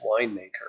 winemaker